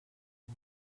més